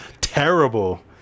terrible